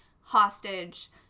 hostage